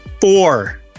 four